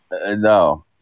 No